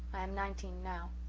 i am nineteen now.